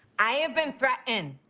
i have been threatened.